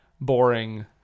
boring